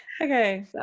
Okay